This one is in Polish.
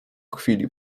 chwili